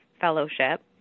Fellowship